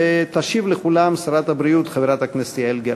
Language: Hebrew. ותשיב לכולם שרת הבריאות חברת הכנסת יעל גרמן.